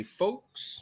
folks